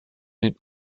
den